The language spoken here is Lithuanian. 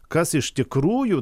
kas iš tikrųjų